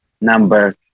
number